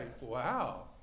Wow